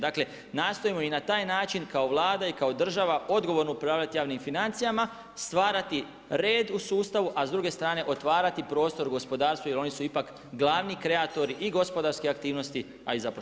Dakle, nastojimo i na taj način kao Vlada i kao država odgovorno upravljati javnim financijama, stvarati red u sustavu a s druge strane otvarati prostor gospodarstvu jer oni su ipak glavni kreatori i gospodarske aktivnosti i a i zapošljavanja.